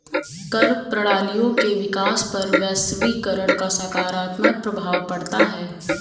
कर प्रणालियों के विकास पर वैश्वीकरण का सकारात्मक प्रभाव पढ़ता है